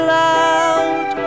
loud